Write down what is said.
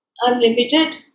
unlimited